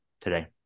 today